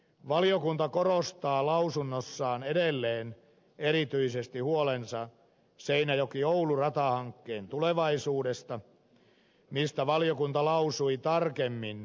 valiokunta korostaa lausunnossaan edelleen erityisesti huoltaan seinäjokioulu ratahankkeen tulevaisuudesta mistä valiokunta lausui tarkemmin kehysselonteon yhteydessä